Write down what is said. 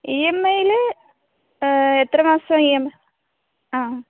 E M I ല് എത്ര മാസം ഇ എം ആ